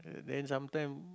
then sometime